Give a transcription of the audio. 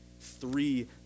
Three